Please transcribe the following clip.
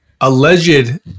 alleged